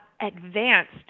advanced